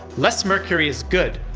less mercury is good,